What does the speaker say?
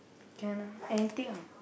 can lah anything ah